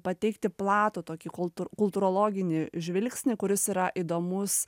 pateikti platų tokį kultūr kultūrologinį žvilgsnį kuris yra įdomus